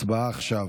הצבעה עכשיו.